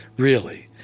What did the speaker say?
really.